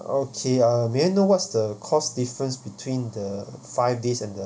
okay uh may I know what's the cost difference between the five days and the